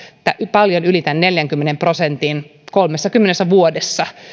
paljon yli tämän neljänkymmenen prosentin kolmessakymmenessä vuodessa